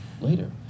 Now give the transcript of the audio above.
later